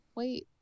wait